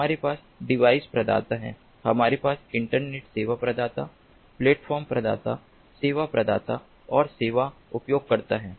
हमारे पास डिवाइस प्रदाता हैं हमारे पास इंटरनेट सेवा प्रदाता प्लेटफॉर्म प्रदाता सेवा प्रदाता और सेवा उपयोगकर्ता हैं